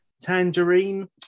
tangerine